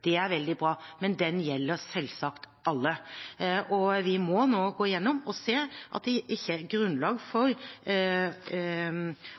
Det er veldig bra. Men den gjelder selvsagt alle. Vi må nå gå igjennom og se at det ikke er grunnlag